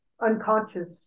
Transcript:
unconscious